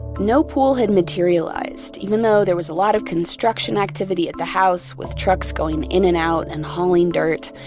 no pool had materialized, even though there was a lot of construction activity at the house, with trucks going in and out and hauling dirt.